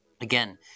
Again